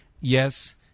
yes